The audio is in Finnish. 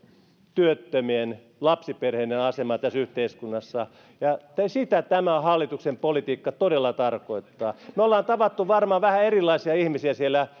työttömien lapsiperheiden asemaa tässä yhteiskunnassa ja sitä tämän hallituksen politiikka todella tarkoittaa me olemme tavanneet varmaan vähän erilaisia ihmisiä siellä